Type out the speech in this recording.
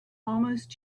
almost